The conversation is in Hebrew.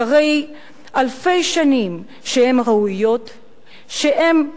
אחרי אלפי שנים, שהן ראויות,